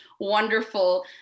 wonderful